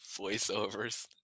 voiceovers